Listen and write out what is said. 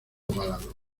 ovalado